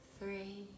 three